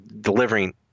delivering